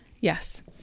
yes